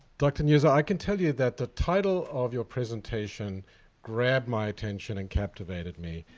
dr. nuzzo, i can tell you that the title of your presentation grabbed my attention and captivated me.